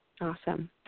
Awesome